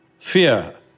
fear